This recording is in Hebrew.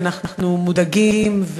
ואנחנו מודאגים,